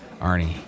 Arnie